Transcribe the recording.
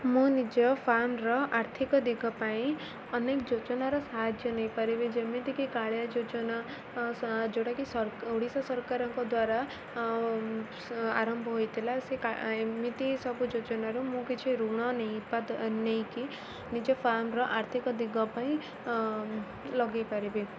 ମୁଁ ନିଜ ଫାର୍ମର ଆର୍ଥିକ ଦିଗ ପାଇଁ ଅନେକ ଯୋଜନାର ସାହାଯ୍ୟ ନେଇପାରିବି ଯେମିତିକି କାଳିଆ ଯୋଜନା ଯେଉଁଟାକି ଓଡ଼ିଶା ସରକାରଙ୍କ ଦ୍ୱାରା ଆରମ୍ଭ ହୋଇଥିଲା ସେ ଏମିତି ସବୁ ଯୋଜନାରୁ ମୁଁ କିଛି ଋଣ ନେଇକି ନିଜ ଫାର୍ମର ଆର୍ଥିକ ଦିଗ ପାଇଁ ଲଗାଇ ପାରିବି